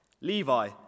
Levi